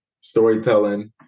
storytelling